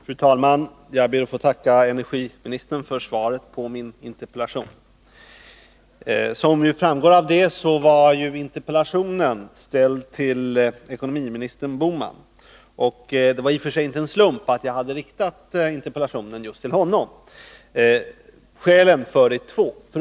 Fru talman! Jag ber att få tacka energiministern för svaret på min interpellation. Som framgår av svaret var interpellationen ställd till ekonomiministern Bohman. Det var inte någon slump att jag hade riktat interpellationen till just honom. Skälen för det är två.